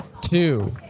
two